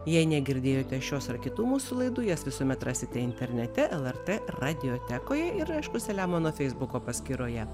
jei negirdėjote šios ar kitų mūsų laidų jas visuomet rasite internete lrt radiotekoje ir aišku saliamono feisbuko paskyroje